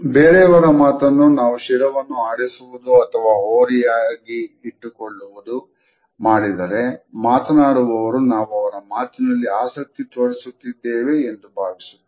ಬೇರೆಯವರ ಮಾತನ್ನು ನಾವು ಶಿರವನ್ನು ಆಡಿಸುವುದು ಅಥವಾ ಹೋರೆಯಾಗಿ ಇಟ್ಟುಕೊಳ್ಳುವುದನ್ನು ಮಾಡಿದರೆ ಮಾತನಾಡುವವರು ನಾವು ಅವರ ಮಾತಿನಲ್ಲಿ ಆಸಕ್ತಿ ತೋರಿಸುತ್ತಿದ್ದೇವೆ ಎಂದು ಭಾವಿಸುತ್ತಾರೆ